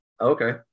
Okay